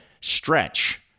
stretch